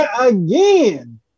Again